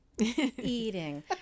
eating